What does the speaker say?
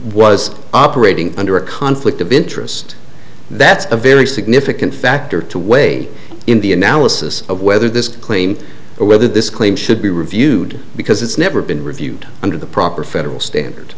was operating under a conflict of interest that's a very significant factor to weigh in the analysis of whether this claim or whether this claim should be reviewed because it's never been reviewed under the proper federal standard